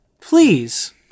please